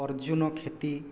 Arjun Kheti